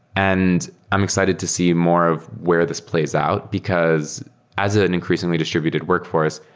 and i'm excited to see more of where this plays out, because as ah an increasingly distributed workforce,